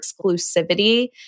exclusivity